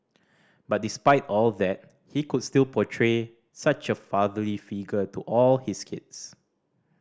but despite all that he could still portray such a fatherly figure to all his kids